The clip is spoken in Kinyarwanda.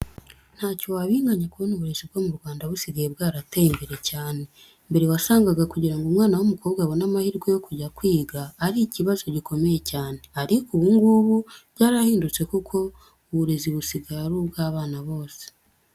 Ntacyo wabinganya kubona uburezi bwo mu Rwanda busigaye bwarateye imbere cyane. Mbere wasanga kugira ngo umwana w'umukobwa abone amahirwe yo kujya kwiga ari ikibazo gikomeye cyane, ariko ubu ngubu byarahindutse kuko uburezi busigaye ari ubw'abana bose.